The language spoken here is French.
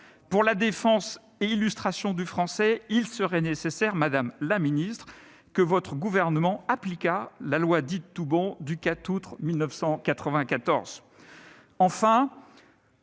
Pour la défense et illustration du français, il serait nécessaire, madame secrétaire d'État, que votre gouvernement appliquât la loi dite Toubon du 4 août 1994. C'est